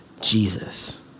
Jesus